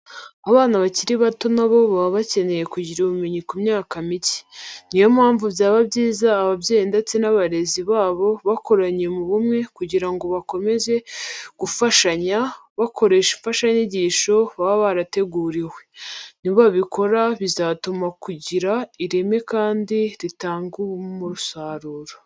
Abana bakiri bato na bo baba bakeneye kugira ubumenyi ku myaka mike. Ni yo mpamvu byaba byiza ababyeyi ndetse n'abarezi babo bakoranye mu bumwe kugira ngo bakomeze gufashanya, bakoresha imfashanyigisho baba barateguriwe. Nibabikora bizatuma bugira ireme kandi ritange umusaruro.